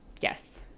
Yes